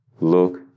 Look